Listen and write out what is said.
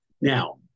now